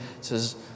Says